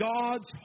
God's